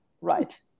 right